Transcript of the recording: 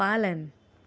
पालन